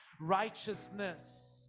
righteousness